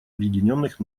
объединенных